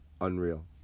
Unreal